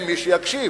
אין מי שיקשיב.